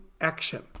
action